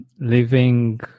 living